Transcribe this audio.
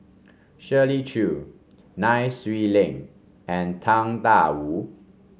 Shirley Chew Nai Swee Leng and Tang Da Wu